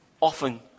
often